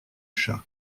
chats